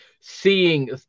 seeing